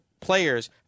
players